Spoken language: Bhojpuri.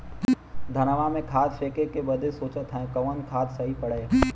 धनवा में खाद फेंके बदे सोचत हैन कवन खाद सही पड़े?